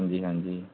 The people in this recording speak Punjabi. ਹਾਂਜੀ ਹਾਂਜੀ